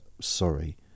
sorry